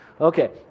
Okay